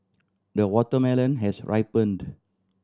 the watermelon has ripened